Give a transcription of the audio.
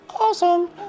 awesome